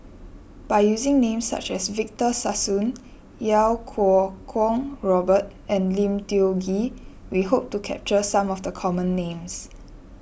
by using names such as Victor Sassoon Iau Kuo Kwong Robert and Lim Tiong Ghee we hope to capture some of the common names